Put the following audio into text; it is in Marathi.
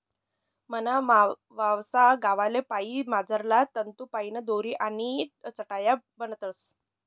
मना मावसा गावले पान मझारला तंतूसपाईन दोरी आणि चटाया बनाडतस